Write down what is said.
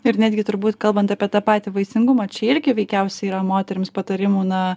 ir netgi turbūt kalbant apie tą patį vaisingumą čia irgi veikiausiai yra moterims patarimų na